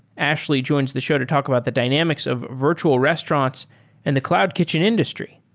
ashley joins the show to talk about the dynamics of virtual restaurants and the cloud kitchen industry.